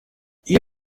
или